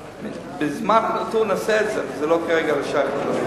בזמן נתון נעשה את זה, וכרגע זה לא שייך.